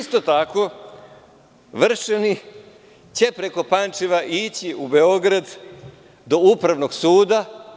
Isto tako, Vrščani će preko Pančeva ići u Beograd do Upravnog suda.